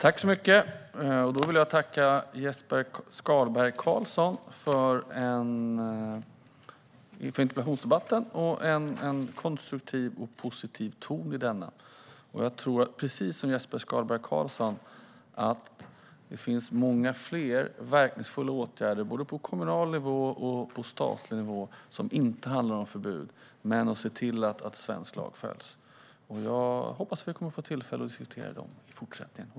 Herr talman! Jag tackar Jesper Skalberg Karlsson för interpellationsdebatten och en konstruktiv och positiv ton i denna. Precis som Jesper Skalberg Karlsson tror jag att det finns många fler verkningsfulla åtgärder på både kommunal och statlig nivå som inte handlar om förbud men om att se till att svensk lag följs. Jag hoppas att vi kommer att få tillfälle att diskutera dem i fortsättningen.